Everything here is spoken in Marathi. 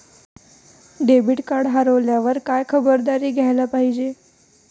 डेबिट कार्ड हरवल्यावर काय खबरदारी घ्यायला पाहिजे?